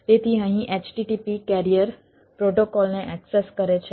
તેથી અહીં http carrier પ્રોટોકોલને એક્સેસ કરે છે